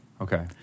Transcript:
Okay